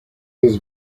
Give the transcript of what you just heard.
his